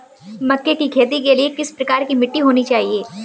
मक्के की खेती के लिए किस प्रकार की मिट्टी होनी चाहिए?